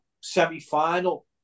semi-final